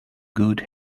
good